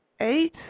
eight